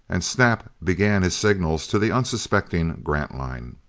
and snap began his signals to the unsuspecting grantline.